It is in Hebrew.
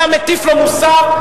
אתה מטיף לו מוסר?